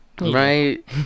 Right